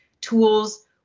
tools